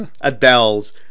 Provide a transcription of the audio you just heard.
Adele's